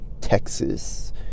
texas